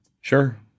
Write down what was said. Sure